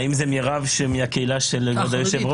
האם רב מהקהילה של אדוני היושב-ראש?